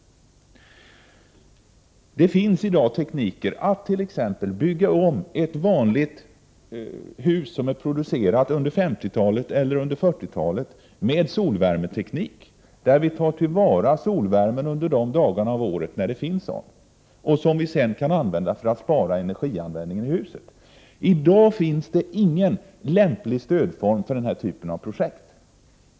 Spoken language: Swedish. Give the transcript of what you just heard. Det finns i dag teknik för att t.ex. bygga om ett vanligt hus, producerat under 40-talet eller 50-talet, så att man kan utnyttja solvärmen, som tas till vara under de dagar av året då det finns sådan och som sedan kan användas för att spara på andra energiformer. I dag finns det ingen lämplig stödform för denna typ av projekt.